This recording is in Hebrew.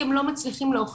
כי הם לא מצליחים להוכיח,